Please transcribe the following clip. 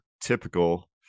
typical